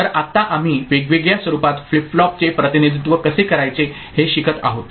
तर आत्ता आम्ही वेगवेगळ्या स्वरूपात फ्लिप फ्लॉपचे प्रतिनिधित्व कसे करायचे हे शिकत आहोत